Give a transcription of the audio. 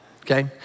okay